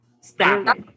Stop